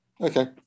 Okay